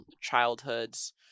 childhoods